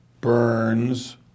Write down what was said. Burns